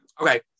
Okay